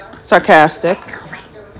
sarcastic